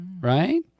Right